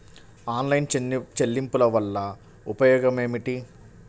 Online చెల్లింపుల వల్ల ఉపయోగమేమిటీ?